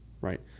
right